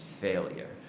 failure